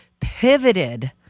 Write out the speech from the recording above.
pivoted